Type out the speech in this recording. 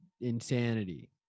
insanity